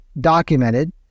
documented